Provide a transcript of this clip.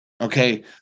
Okay